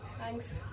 Thanks